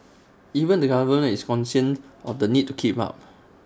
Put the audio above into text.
even the government is cognisant of the need to keep up